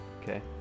Okay